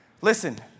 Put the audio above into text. Listen